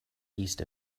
east